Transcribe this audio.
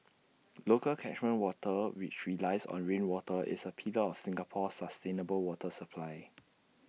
local catchment water which relies on rainwater is A pillar of Singapore's sustainable water supply